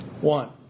One